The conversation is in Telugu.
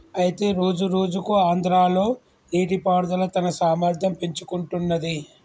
అయితే రోజురోజుకు ఆంధ్రాలో నీటిపారుదల తన సామర్థ్యం పెంచుకుంటున్నది